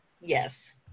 Yes